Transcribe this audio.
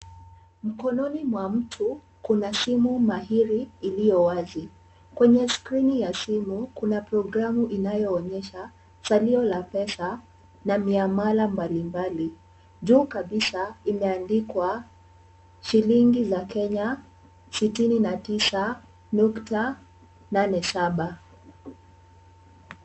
Mkononi mwa mtu, kuna simu mahiri iliyo wazi. Kwenye skrini ya simu, kuna programu inayoonyesha salio la pesa, na miamala mbalimbali. Juu kabisa imeandikwa. Shilingi za Kenya, sitini na tisa nukta nane saba.